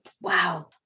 Wow